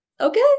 okay